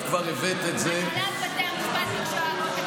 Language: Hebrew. את כבר הבאת את זה, הנהלת בתי המשפט ביקשה תקציב.